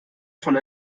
von